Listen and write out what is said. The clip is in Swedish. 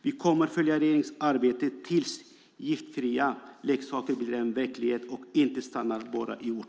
Vi kommer att följa regeringens arbete tills giftfria leksaker blir en verklighet, så att det inte bara stannar vid ord.